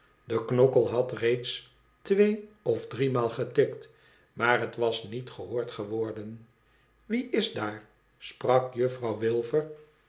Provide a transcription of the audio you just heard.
de knokkel had reeds twee of driemaal getikt maar het was niet gehoord geworden wie is daar sprak juffrouw